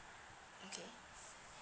okay